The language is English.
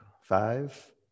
five